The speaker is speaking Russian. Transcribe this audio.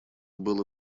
было